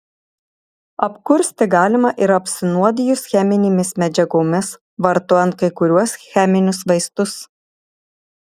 apkursti galima ir apsinuodijus cheminėmis medžiagomis vartojant kai kuriuos cheminius vaistus